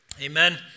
Amen